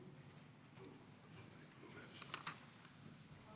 פטור בלי כלום אי-אפשר.